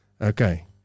okay